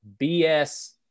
BS